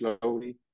slowly